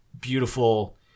beautiful